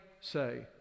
say